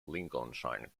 lincolnshire